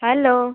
hello